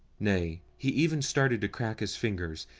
nay, he even started to crack his fingers,